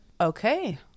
Okay